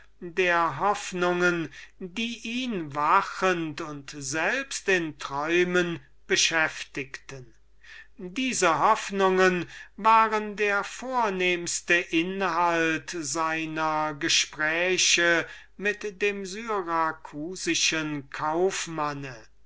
seiner hoffnungen sie beschäftigten ihn wachend und selbst in träumen sie waren der vornehmste inhalt seiner gespräche mit dem syracusischen